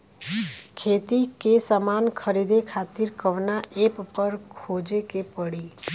खेती के समान खरीदे खातिर कवना ऐपपर खोजे के पड़ी?